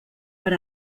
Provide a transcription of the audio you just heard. per